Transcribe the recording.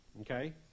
okay